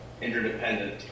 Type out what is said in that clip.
interdependent